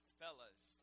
fellas